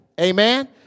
Amen